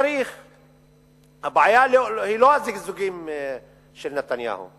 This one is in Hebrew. הבעיה היא לא הזיגזוגים של נתניהו,